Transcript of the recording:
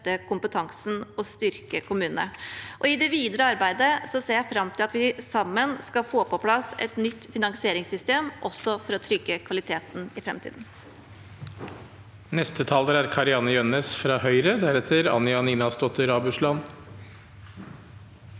kompetansen og styrke kommunene. I det videre arbeidet ser jeg fram til at vi sammen skal få på plass et nytt finansieringssystem, også for å trygge kvaliteten i framtiden.